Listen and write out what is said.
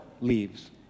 leaves